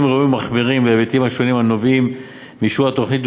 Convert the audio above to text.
ראויים להיבטים השונים הנובעים מאישור התוכנית,